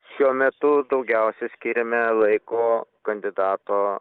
šiuo metu daugiausia skiriame laiko kandidato